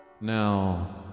Now